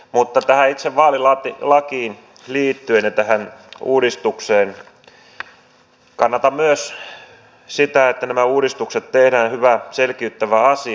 mutta tähän itse vaalilakiin ja tähän uudistukseen liittyen kannatan myös sitä että nämä uudistukset tehdään hyvä selkiyttävä asia